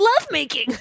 lovemaking